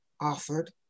offered